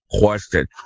question